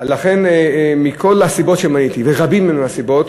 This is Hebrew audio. לכן, מכל הסיבות שמניתי, ורבות הן הסיבות,